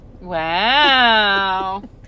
Wow